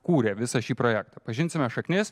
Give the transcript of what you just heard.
kūrė visą šį projektą pažinsime šaknis